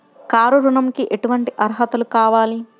Car ఋణంకి ఎటువంటి అర్హతలు కావాలి?